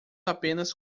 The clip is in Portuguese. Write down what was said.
apenas